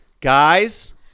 Guys